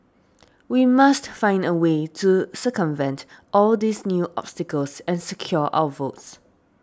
we must find a way to circumvent all these new obstacles and secure our votes